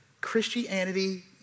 Christianity